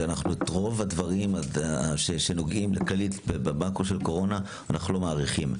כי את רוב הדברים בחוק הקורונה אנחנו לא מאריכים.